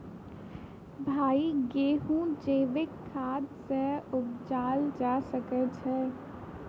भाई गेंहूँ जैविक खाद सँ उपजाल जा सकै छैय?